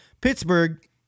Pittsburgh